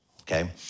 okay